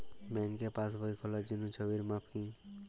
ব্যাঙ্কে পাসবই খোলার জন্য ছবির মাপ কী?